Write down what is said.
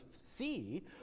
see